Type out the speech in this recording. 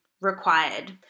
required